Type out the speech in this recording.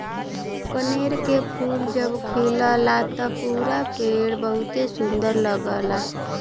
कनेर के फूल जब खिलला त पूरा पेड़ बहुते सुंदर लगला